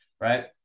right